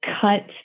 cut